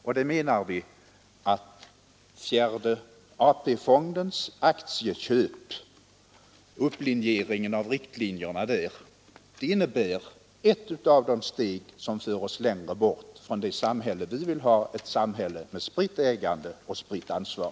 Och vi menar att fjärde AP-fondens aktieköp och riktlinjerna för dessa innebär ett av de steg som för oss längre bort från det samhälle vi vill ha — ett samhälle med spritt ägande och spritt ansvar.